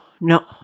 no